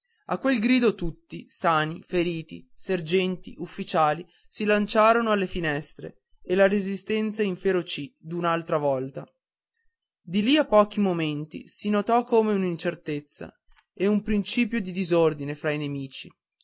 a quel grido tutti sani feriti sergenti ufficiali si slanciarono alle finestre e la resistenza inferocì un'altra volta di lì a pochi momenti si notò come un'incertezza e un principio di disordine fra i nemici